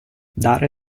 dare